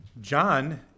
John